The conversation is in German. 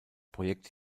projekt